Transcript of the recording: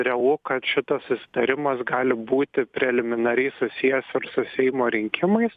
realu kad šitas susitarimas gali būti preliminariai susijęs su seimo rinkimais